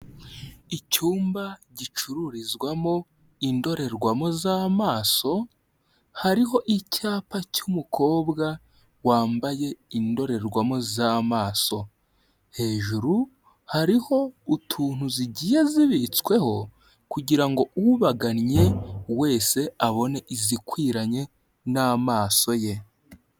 Icyumba gicururizwamo indorerwamo z'amaso hari icyapa cy'umukobwa wambaye indorerwamo z'amaso, hejuru hariho utuntu zigiye zibitsweho kugira ngo ubagannye wese abone izikwiranye n'amaso ye.